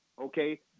okay